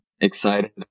Excited